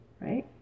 right